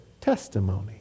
testimony